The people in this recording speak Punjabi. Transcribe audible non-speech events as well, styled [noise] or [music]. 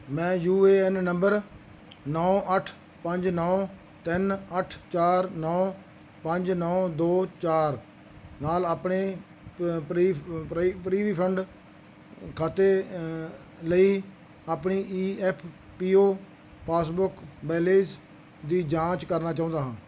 ਮੈਂ ਯੂ ਏ ਐਨ ਨੰਬਰ ਨੌਂ ਅੱਠ ਪੰਜ ਨੌਂ ਤਿੰਨ ਅੱਠ ਚਾਰ ਨੌਂ ਪੰਜ ਨੌਂ ਦੋ ਚਾਰ ਨਾਲ ਆਪਣੇ [unintelligible] ਪ੍ਰੀਵੀ ਫੰਡ ਖਾਤੇ ਲਈ ਆਪਣੀ E F P O passbook balance ਦੀ ਜਾਂਚ ਕਰਨਾ ਚਾਹੁੰਦਾ ਹਾਂ